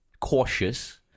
cautious